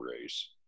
race